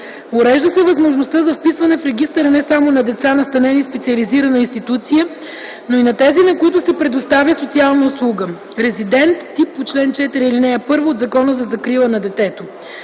Урежда се възможността за вписване в регистъра не само на деца, настанени в специализирана институция, но и на тези, на които се предоставя социална услуга – резидентен тип по чл. 4, ал. 1, т. 5 от Закона за закрила на детето.